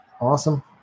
Awesome